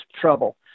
trouble